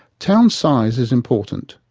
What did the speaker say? town size is important.